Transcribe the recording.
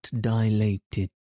dilated